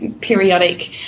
periodic